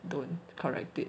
don't correct it